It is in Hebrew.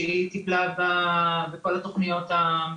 תיאום עם בעלי הזכויות,